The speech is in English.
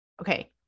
Okay